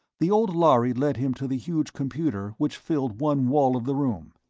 the old lhari led him to the huge computer which filled one wall of the room,